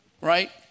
right